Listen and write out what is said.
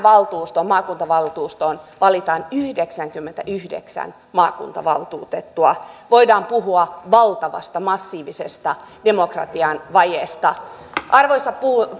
maakuntavaltuustoon valitaan yhdeksänkymmentäyhdeksän maakuntavaltuutettua voidaan puhua valtavasta massiivisesta demokratian vajeesta arvoisa